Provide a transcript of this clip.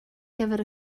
gyfer